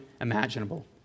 imaginable